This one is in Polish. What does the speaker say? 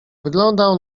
wyglądał